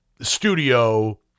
studio